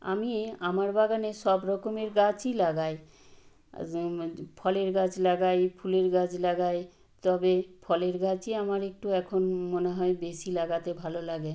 আমি আমার বাগানে সব রকমের গাছই লাগাই ফলের গাছ লাগাই ফুলের গাছ লাগাই তবে ফলের গাছই আমার একটু এখন মনে হয় বেশি লাগাতে ভালো লাগে